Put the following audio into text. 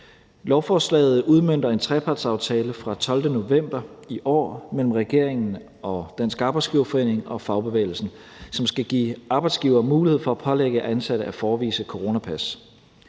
Lovforslaget udmønter en trepartsaftale fra den 12. november i år mellem regeringen, Dansk Arbejdsgiverforening og fagbevægelsen, som skal give arbejdsgivere mulighed for at pålægge ansatte at forevise coronapas.